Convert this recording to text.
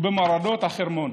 ובמורדות החרמון,